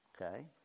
Okay